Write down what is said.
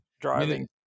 driving